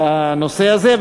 בנושא הזה,